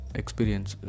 experience